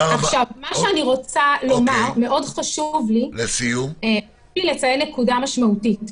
מאוד חשוב לי לציין נקודה משמעותית.